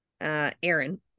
Aaron